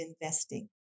investing